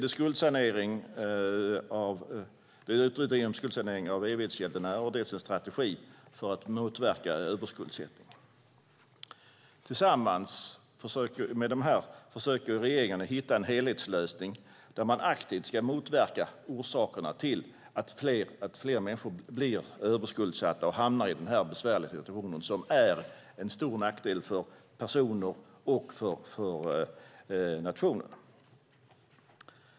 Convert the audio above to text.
Det handlar dels om skuldsanering av evighetsgäldenärer, dels om en strategi för att motverka överskuldsättning. Tillsammans med dessa försöker regeringen hitta en helhetslösning för att aktivt motverka orsakerna till att människor blir överskuldsatta och hamnar i den här besvärliga situationen som är en stor nackdel för personerna och nationen.